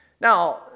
Now